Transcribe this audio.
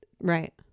right